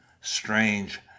Strange